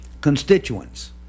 constituents